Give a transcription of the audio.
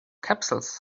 capsules